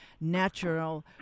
natural